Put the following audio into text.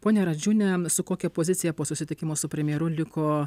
ponia radžiūne su kokia pozicija po susitikimo su premjeru liko